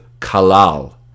Kalal